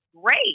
great